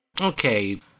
okay